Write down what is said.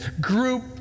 group